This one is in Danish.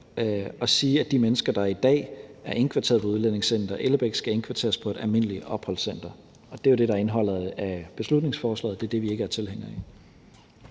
og sige, at de mennesker, der i dag er indkvarteret på Udlændingecenter Ellebæk, skal indkvarteres på et almindeligt opholdscenter. Det er jo det, der er indholdet i beslutningsforslaget, og det er det, vi ikke er tilhængere af.